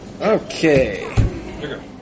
Okay